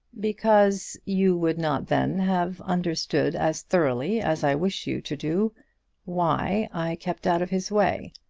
because you would not then have understood as thoroughly as i wish you to do why i kept out of his way.